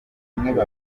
kuribwa